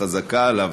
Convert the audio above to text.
חזקה עליו.